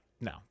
no